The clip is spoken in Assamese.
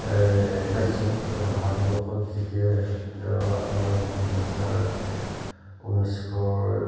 এই ৰাজ্যত তথা ভাৰতবৰ্ষত যেতিয়া এইটো আপোনাৰ দুহেজাৰ ঊনৈছশৰ